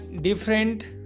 different